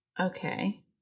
Okay